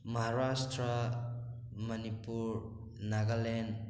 Maharashtra Manipur Nagaland